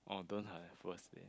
oh don't have worst day ah